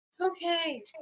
Okay